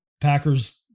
Packers